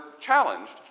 challenged